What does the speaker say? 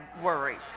worry